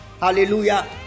Hallelujah